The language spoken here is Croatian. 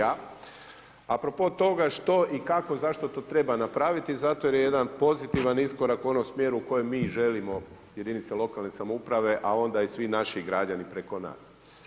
A pro po toga što i kako i zašto to treba napraviti, zato što je jedan pozitivan iskorak u onom smjeru u kojem mi želimo jedinice lokalne samouprave, a onda i svi naši građani preko nas.